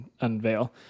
unveil